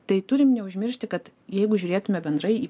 tai turim neužmiršti kad jeigu žiūrėtume bendrai į